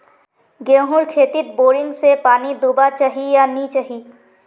गेँहूर खेतोत बोरिंग से पानी दुबा चही या नी चही?